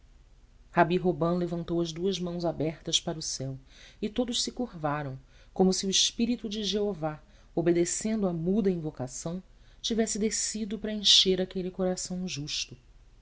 rabi robã levantou as duas mãos abertas para o céu e todos se curvaram como se o espírito de jeová obedecendo à muda invocação tivesse descido para encher aquele coração justo